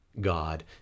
God